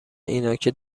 اینا، که